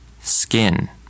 skin